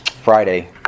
Friday